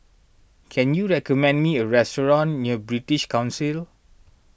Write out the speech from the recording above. can you recommend me a restaurant near British Council